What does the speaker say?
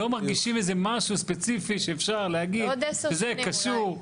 לא מרגישים איזה משהו ספציפי שאפשר להגיד שזה קשור.